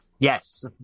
Yes